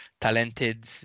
talented